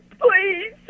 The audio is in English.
Please